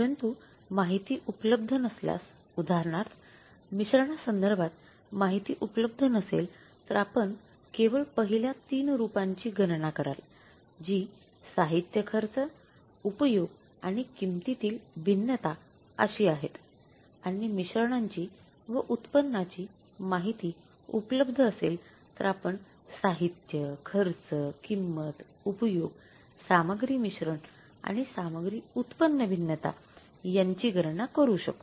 परंतु माहिती उपलब्ध नसल्यास उदाहरणार्थ मिश्रणासंदर्भात माहिती उपलब्ध नसेल तर आपण केवळ पहिल्या तीन रुपांची गणना कराल जी साहित्य खर्चउपयोग आणि किंमती तील भिन्नता अशी आहेत आणि मिश्रणांची व उत्पन्नाची माहिती उपलब्ध असेल तर आपण साहित्य खर्च किंमत उपयोग सामग्री मिश्रण आणि सामग्री उत्पन्न भिन्नता यांची गणना करू शकतो